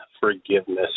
forgiveness